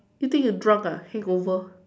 you think you drunk ah hangover